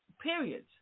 periods